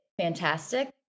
fantastic